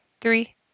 three